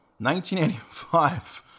1985